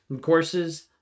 Courses